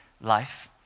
life